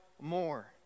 more